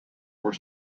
were